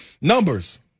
Numbers